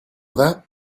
that